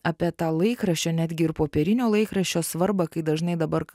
apie tą laikraščio netgi ir popierinio laikraščio svarbą kaip dažnai dabar